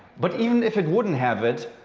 but even if it wouldn't have it,